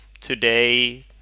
today